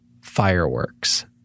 fireworks